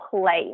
place